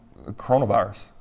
coronavirus